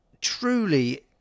truly